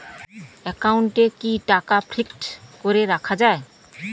একাউন্টে কি টাকা ফিক্সড করে রাখা যায়?